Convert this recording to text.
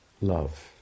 love